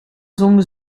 zongen